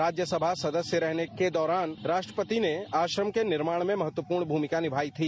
राज्यसभा सदस्य रहने के दौरान राष्ट्रपति ने आश्रम के निर्माण में महत्वपूर्ण भूमिका निभाई थी